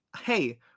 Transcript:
hey